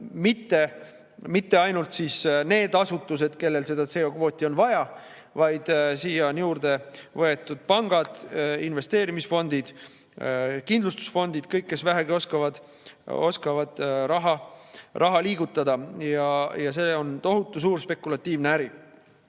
mitte ainult need asutused, kellel seda CO2‑kvooti vaja on, vaid siia on juurde võetud pangad, investeerimisfondid, kindlustusfondid – kõik, kes vähegi oskavad raha liigutada. See on tohutu suur spekulatiivne äri.